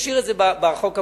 ונשאיר את זה בחוק המקורי,